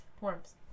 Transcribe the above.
worms